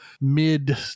mid